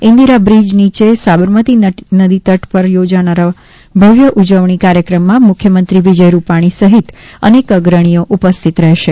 Indira bridge નીચે સાબરમતી નદી તટ પર યોજાનારા ભવ્ય ઉજવણી કાર્યક્રમમાં મુખ્યમંત્રી વિજય રૂપાણી સહિત અનેક અગ્રણીઓ ઉપસ્થિત રહેશે